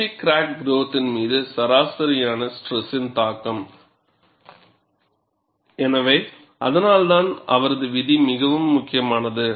ஃப்பெட்டிக் crack கிரௌத்தின் மீது சராசரி ஸ்ட்ரெஸின் தாக்கம் எனவே அதனால்தான் அவரது விதி மிகவும் முக்கியமானது